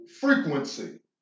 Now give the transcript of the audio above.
frequency